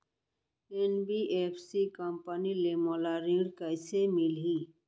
NBFC company ले मोला ऋण कइसे मिलही?